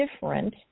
different